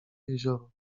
jezioro